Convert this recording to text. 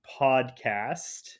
podcast